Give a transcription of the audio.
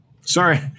Sorry